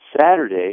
Saturday